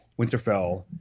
Winterfell